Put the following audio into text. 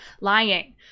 lying